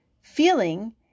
feeling